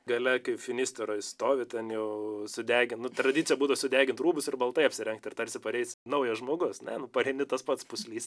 gale kai finistarai stovi ten jau sudegę nu tradicija būtų sudegyt rūbus ir baltai apsirengti ir tarsi pareis naujas žmogus ne nu pareini tas pats puslys